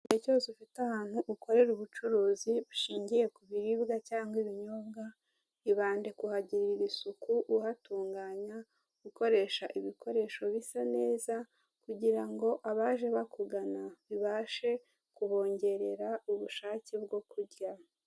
Igihe cyose ufite ahantu ukorera ubucuruzi bushingiye ku biribwa cyangwa ibinyobwa, ibande kuhagirira isuku uhatunganya ukoresha ibikoresho bisa neza kugira ngo abaje bakugana bibashe kubongerera ubushake bwo kurya.